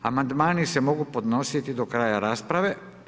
Amandmani se mogu podnositi do kraja rasprave.